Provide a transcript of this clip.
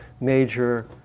major